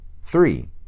three